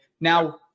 Now